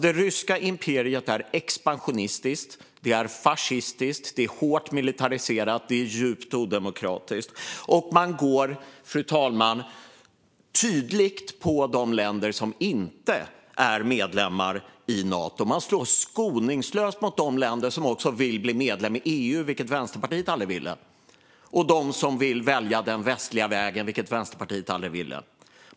Det ryska imperiet är expansionistiskt, fascistiskt, hårt militariserat och djupt odemokratiskt. Och, fru talman, man går tydligt på de länder som inte är medlemmar i Nato. Man slår skoningslöst mot de länder som vill bli medlemmar i EU, vilket Vänsterpartiet aldrig ville, och mot dem som vill välja den västliga vägen, vilket Vänsterpartiet aldrig ville.